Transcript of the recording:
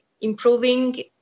improving